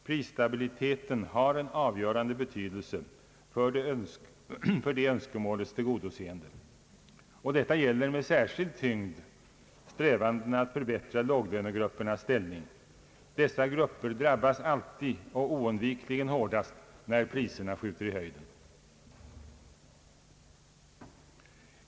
Prisstabiliteten har en avgörande betydelse för det önskemålets tillgodoseende, och detta gäller med särskild styrka strävandena att förbättra 1låglönegruppernas ställning. Dessa grupper drabbas alltid och oundvikligen hårdast när priserna skjuter i höjden.